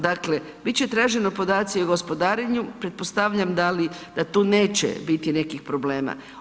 Dakle, biti će traženi podaci o gospodarenju, pretpostavljam da li tu neće biti nekih problema.